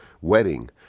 wedding